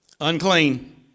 unclean